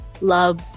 love